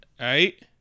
right